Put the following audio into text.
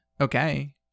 okay